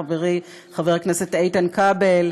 חברי חבר הכנסת איתן כבל,